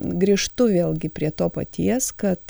grįžtu vėlgi prie to paties kad